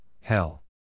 hell